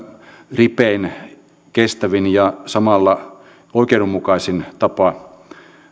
ripein kestävin ja samalla oikeudenmukaisin tapa